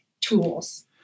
tools